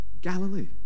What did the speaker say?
Galilee